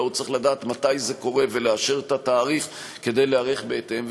אלא הוא צריך לדעת מתי זה קורה ולאשר את התאריך כדי להיערך בהתאם.